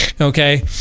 Okay